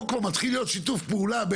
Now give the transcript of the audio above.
פה כבר מתחיל להיות שיתוף פעולה.